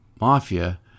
Mafia